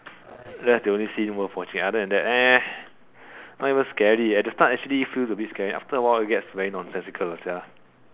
that's the only scene worth watching other than that not even scary at the start actually feels a bit scary after a while it gets very nonsensical sia